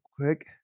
quick